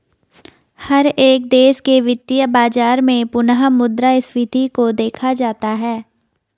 हर एक देश के वित्तीय बाजार में पुनः मुद्रा स्फीती को देखा जाता रहा है